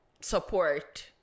support